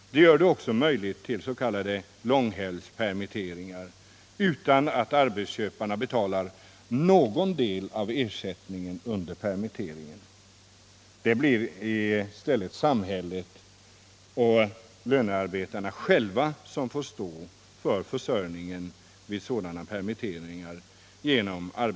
Bestämmelsen ger också möjlighet till s.k. långhelgspermitteringar utan att arbetsköparna betalar någon del av ersättningen under permitteringen. Det blir i stället samhället och lönarbetarna själva som genom arbetslöshetskassorna får stå för försörjningen vid sådana permitteringar.